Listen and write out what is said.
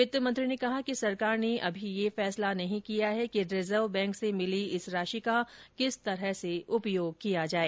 वित्तमंत्री ने कहा कि सरकार ने अभी यह फैसला नहीं किया है कि रिजर्व बैंक से मिली इस राशि का किस तरह से उपयोग किया जाए